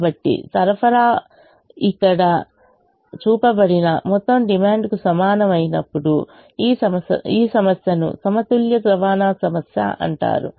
కాబట్టి మొత్తం సరఫరా ఇక్కడ చూపబడిన మొత్తం డిమాండ్కు సమానం అయినప్పుడు ఈ సమస్యను సమతుల్య రవాణా సమస్య అంటారు